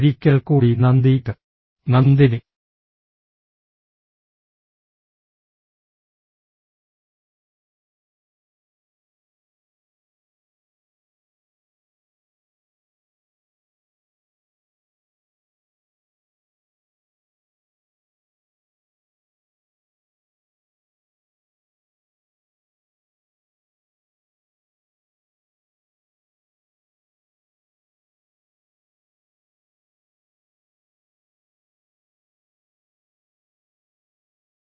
ഒരിക്കൽക്കൂടി നന്ദി നന്ദി